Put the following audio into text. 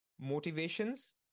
motivations